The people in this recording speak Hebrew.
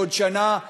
בעוד שנה,